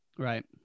Right